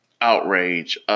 outrage